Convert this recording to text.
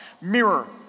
Mirror